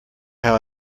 how